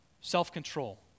self-control